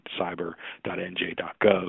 cyber.nj.gov